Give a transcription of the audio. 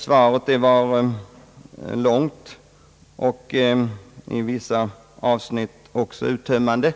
Svaret var långt och i vissa avsnitt också uttömmande,